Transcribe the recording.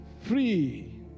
Free